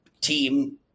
team